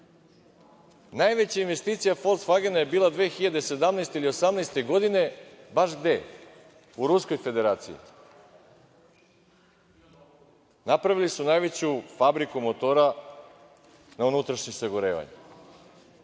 Najveća investicija "Folksvagena" je bila 2017. ili 2018. godine u Ruskoj Federaciji. Napravili su najveću fabriku motora za unutrašnje sagorevanje.